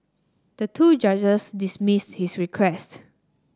the two judges dismissed his request